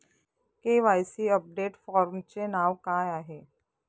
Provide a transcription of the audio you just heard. KYC update फॉर्मचे नाव काय आहे?